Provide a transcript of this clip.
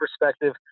perspective